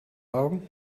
augen